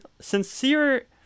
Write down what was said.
sincere